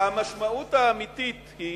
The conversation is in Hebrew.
המשמעות האמיתית היא,